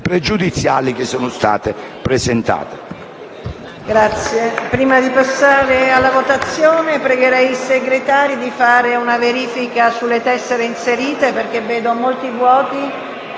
pregiudiziali che sono state presentate.